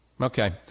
Okay